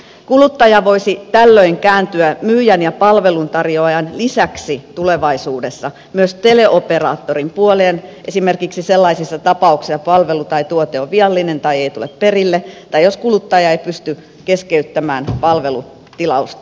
kuluttaja voisi tällöin kääntyä myyjän ja palveluntarjoajan lisäksi tulevaisuudessa myös teleoperaattorin puoleen esimerkiksi sellaisissa tapauksissa kun palvelu tai tuote on viallinen tai ei tule perille tai jos kuluttaja ei pysty keskeyttämään palvelutilausta